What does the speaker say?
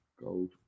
gold